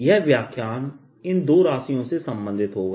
यह व्याख्यान इन दो राशियों से संबंधित होगा